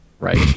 right